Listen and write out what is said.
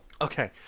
Okay